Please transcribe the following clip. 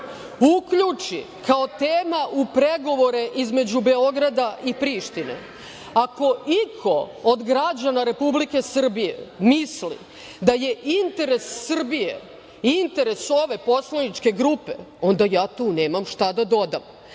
uključi kao tema u pregovore između Beograda i Prištine. Ako iko od građana Republike Srbije misli da je interes Srbije interes ove poslaničke grupe, onda ja tu nemam šta da dodam. Dakle,